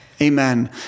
Amen